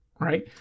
right